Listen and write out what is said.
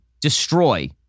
destroy